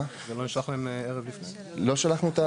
לא שלחנו?